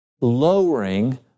lowering